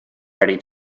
ready